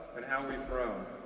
and how we've grown.